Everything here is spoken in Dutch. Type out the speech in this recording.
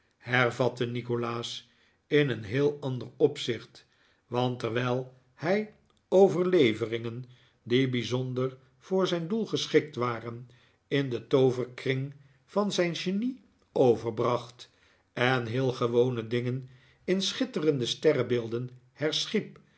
hervatte nikolaas in een heel ander opzicht want terwijl hij overleveringen die bijzonder voor zijn doel geschikt waren in den tooverkring van zijn genie overbracht en heel gewone dingen in schitterende